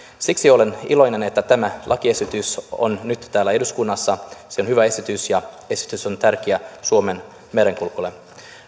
siksi olen iloinen että tämä lakiesitys on nyt täällä eduskunnassa se on hyvä esitys ja esitys on tärkeä suomen merenkululle